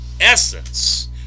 essence